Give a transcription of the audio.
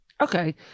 Okay